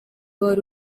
wari